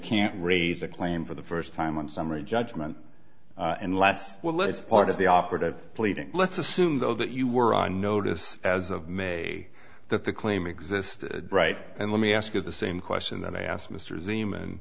can't raise a claim for the first time in summary judgment and last well let's part of the operative pleading let's assume though that you were on notice as of may that the claim exists right and let me ask you the same question that i asked mr zeman